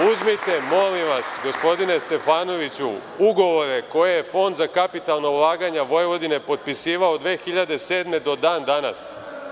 Uzmite, molim vas, gospodine Stefanoviću, ugovore koje je Fond za kapitalna ulaganja Vojvodine potpisivao od 2007. godine do dan danas.